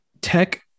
tech